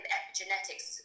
epigenetics